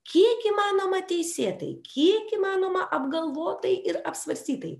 kiek įmanoma teisėtai kiek įmanoma apgalvotai ir apsvarstytai